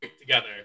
together